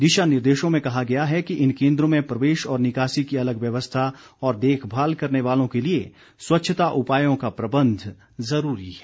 दिशा निर्देशों में कहा गया है कि इन केन्द्रों में प्रवेश और निकासी की अलग व्यवस्था और देखभाल करने वालों के लिए स्वच्छता उपायों का प्रबंध जरूरी है